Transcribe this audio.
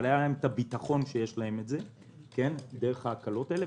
אבל היה להם הביטחון שיש להם את זה דרך ההקלות האלה.